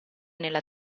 nella